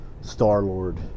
Star-Lord